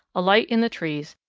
alight in the trees,